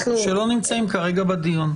שכרגע לא נמצאים בדיון.